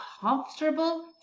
comfortable